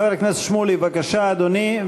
חבר הכנסת שמולי, בבקשה, אדוני.